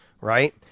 right